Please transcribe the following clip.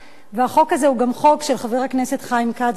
החוק הזה הוא חוק של חבר הכנסת חיים כץ ושלי,